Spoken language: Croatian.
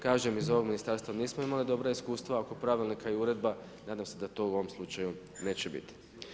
Kažem iz ovog ministarstva nismo imali dobra iskustva oko pravilnika i uredba, nadam se da to u ovom slučaju neće biti.